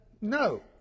No